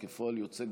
וכפועל יוצא,